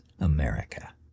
America